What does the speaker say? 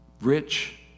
rich